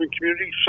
community